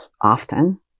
often